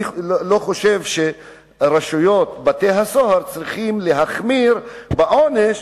אני לא חושב שרשויות בתי-הסוהר צריכות להחמיר בעונש